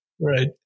Right